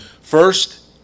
First